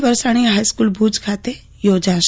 વરસાણી high school Bhuj ખાતે યોજાશે